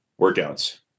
workouts